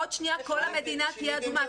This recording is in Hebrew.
עוד שנייה כל המדינה תהיה אדומה,